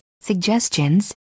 suggestions